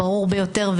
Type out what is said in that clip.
הברור ביותר,